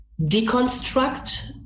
deconstruct